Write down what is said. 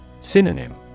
Synonym